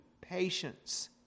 patience